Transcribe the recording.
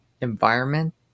environment